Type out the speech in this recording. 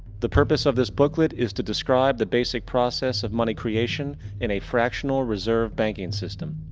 the purpose of this booklet is to describe the basic process of money creation in a fractional reserve banking system.